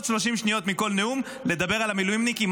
30 שניות מכל נאום ולדבר על המילואימניקים,